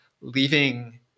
leaving